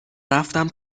رفتم